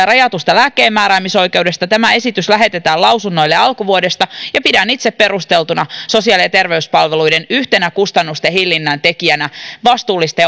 rajatusta lääkkeenmääräämisoikeudesta tämä esitys lähetetään lausunnoille alkuvuodesta ja pidän itse sosiaali ja terveyspalveluissa yhtenä perusteltuna kustannusten hillinnän tekijänä vastuullista